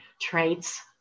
traits